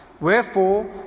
Wherefore